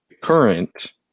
current